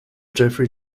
jeffrey